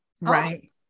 Right